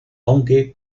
aunque